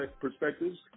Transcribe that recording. perspectives